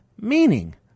meaning